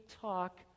talk